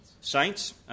saints